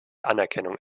anerkennung